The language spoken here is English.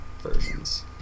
versions